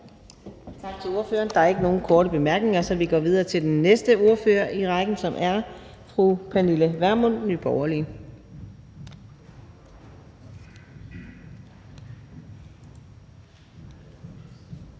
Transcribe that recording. Tak til ordføreren. Der er ikke nogen korte bemærkninger, så vi går videre til den næste ordfører i rækken, som er fru Pernille Vermund, Nye Borgerlige.